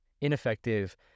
ineffective